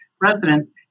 residents